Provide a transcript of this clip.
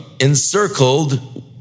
encircled